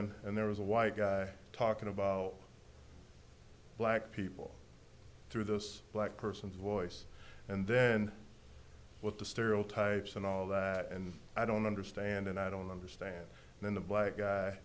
and and there was a white guy talking about black people through those black person's voice and then what the stereotypes and all that and i don't understand and i don't understand then the black guy